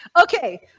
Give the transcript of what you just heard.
Okay